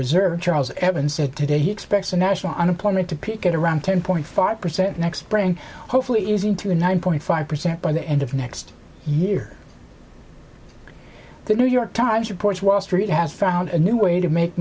reserve charles evans said today he expects the national unemployment to pick it around ten point five percent next spring hopefully easing to nine point five percent by the end of next year the new york times reports wall street has found a new way to make